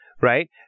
right